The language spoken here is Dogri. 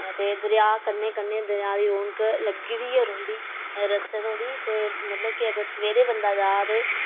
ते दरेआ कन्नै कन्नै दरेआ दी रौनक लग्गी दी गै रौंह्दी रस्ते धोड़ी ते मतलब कि अगर सवेरे बंदा जा ते